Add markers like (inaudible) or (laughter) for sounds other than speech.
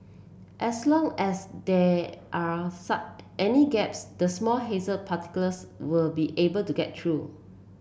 as long as there are (unintelligible) any gaps the small haze particles were be able to get through